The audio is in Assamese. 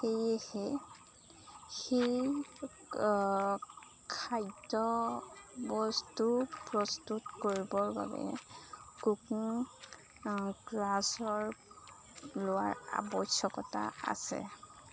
সেয়েহে সেই খাদ্য বস্তু প্ৰস্তুত কৰিবৰ বাবে কুকিং ক্লাছৰ লোৱাৰ আৱশ্যকতা আছে